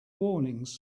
warnings